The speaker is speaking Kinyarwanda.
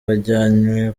bajyanywe